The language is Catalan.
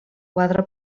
quadre